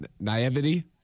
Naivety